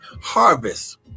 harvest